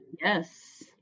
Yes